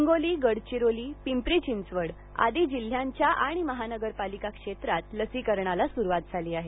हिंगोली गडचिरोली पिंपरी चिंचवड आदी जिल्ह्यांच्या आणि महानगरपालिका क्षेत्रात लसीकरणाला सुरुवात झाली आहे